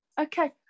Okay